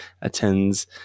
attends